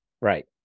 Right